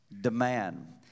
demand